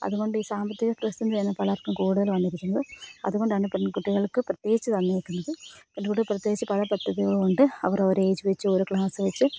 അതുകൊണ്ട് ഈ സാമ്പത്തിക പ്രതിസന്ധി ആയിരുന്നു പലർക്കും കൂടുതൽ വന്നിരിക്കുന്നത് അതുകൊണ്ടാണ് പെൺകട്ടികൾക്ക് പ്രത്യേകിച്ച് തന്നിക്കുന്നത് പെൺകുട്ടികൾ പ്രത്യേകിച്ച് പല പദ്ധതികൾകൊണ്ട് അവർ ഒരു ഏജ് വച്ച് ഓരോ ക്ലാസ് വച്ച്